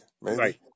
Right